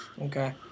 Okay